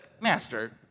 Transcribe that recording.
Master